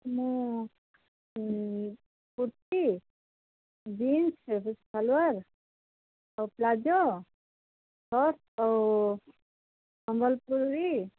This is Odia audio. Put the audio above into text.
ମୁଁ କୁର୍ତ୍ତି ଜିନସ୍ ସାଲୱାର୍ ଆଉ ପ୍ଲାଜୋ ଆଉ ସମ୍ବଲପୁରୀ